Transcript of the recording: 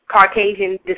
Caucasian